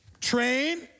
train